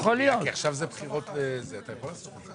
דחיתי את התקנות ליום